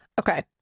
Okay